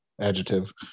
adjective